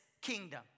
kingdom